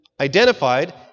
identified